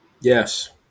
Yes